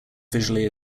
visually